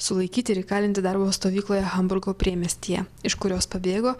sulaikyti ir įkalinti darbo stovykloje hamburgo priemiestyje iš kurios pabėgo